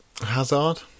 Hazard